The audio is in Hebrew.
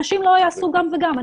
אנשים לא יעשו גם וגם.